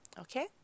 Okay